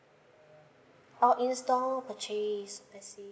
oh install purchase I see